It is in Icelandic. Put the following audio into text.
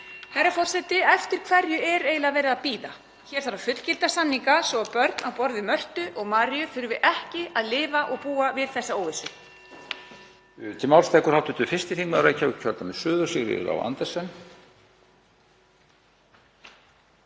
Herra forseti. Eftir hverju er eiginlega verið að bíða? Hér þarf að fullgilda samninga svo börn á borð við Mörtu og Maríu þurfi ekki að lifa og búa við þessa óvissu.